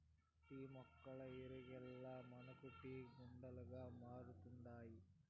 tea మొక్క ఇగుర్లే మనకు టీ గుండగా మారుతండాయి